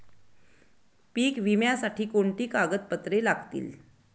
पीक विम्यासाठी कोणती कागदपत्रे लागतील?